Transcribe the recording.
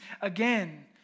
again